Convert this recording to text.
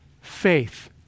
faith